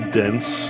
dense